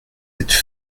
êtes